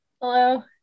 Hello